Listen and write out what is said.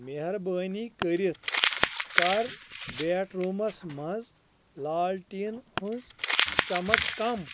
مہربٲنی کٔرِتھ کر بیٹ رومس منز لالٹیٖن ہٕنز چمک کم